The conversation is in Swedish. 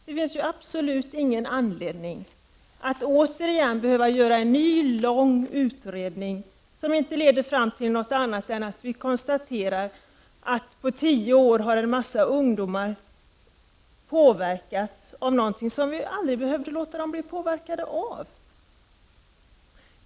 Det finns absolut inte någon anledning att återigen göra en ny, lång utredning, som inte leder fram till något annat än att vi efter tio år konstaterar att en massa ungdomar har påverkats av någonting som vi aldrig hade behövt låta dem bli påverkade av.